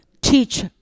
teach